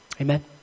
Amen